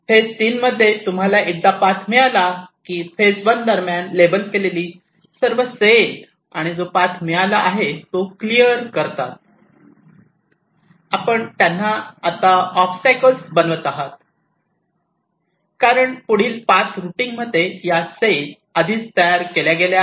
phase 3 मध्ये तुम्हाला एकदा पाथ मिळाला की फेज 1 दरम्यान लेबल केलेली सर्व सेल आणि जो पाथ मिळाला आहे तो क्लियर करता आपण आता त्यांना ओबस्टॅकल्स बनवत आहात कारण पुढील पाथ रुटींग मध्ये या सेल आधीच तयार केल्या गेल्या आहेत